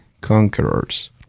conquerors